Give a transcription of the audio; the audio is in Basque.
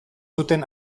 zuten